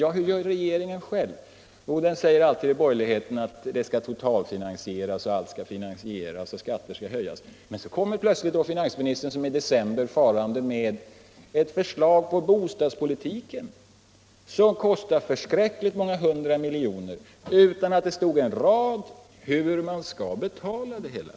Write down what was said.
Men hur gör regeringen själv? Jo, den säger alltid till borgerligheten att allt skall totalfinansieras och att skatter skall höjas. Men så kommer plötsligt finansministern, som nu i december, farande med ett förslag till bostadspolitik som kostar förskräckligt många hundra miljoner utan att det står en rad om hur man skall betala det hela.